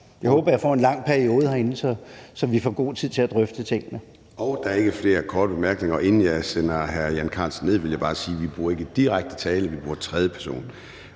Jeg håber, jeg får en lang periode herinde, så vi får god tid til at drøfte tingene. Kl. 13:16 Formanden (Søren Gade): Der er ikke flere korte bemærkninger. Og inden jeg sender hr. Jan Carlsen ned, vil jeg bare sige, at vi ikke bruger direkte tiltale, men at vi bruger tredje person.